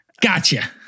gotcha